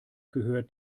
gehört